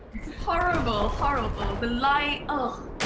horrible. horrible. the light, ugh.